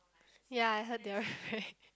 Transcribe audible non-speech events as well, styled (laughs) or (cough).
ya I heard their (laughs)